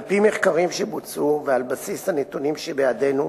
1 4. אדוני היושב-ראש, כנסת נכבדה,